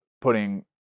putting